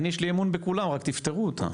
יש לי אמון בכולם, רק תפתרו אותה.